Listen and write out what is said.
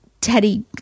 Teddy